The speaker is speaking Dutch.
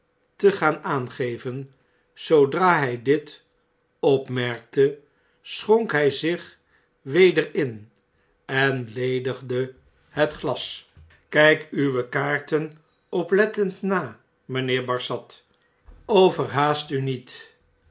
te gaan aange'ven zoodra hy dit opmerkte schonk hij zich weder in en ledigde het glas kyk uwe kaarten oplettend na mijnheer barsad overhaast u niet